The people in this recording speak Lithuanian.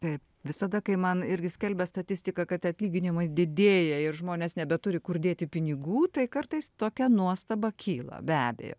taip visada kai man irgi skelbia statistiką kad atlyginimai didėja ir žmonės nebeturi kur dėti pinigų tai kartais tokia nuostaba kyla be abejo